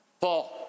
Paul